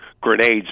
grenades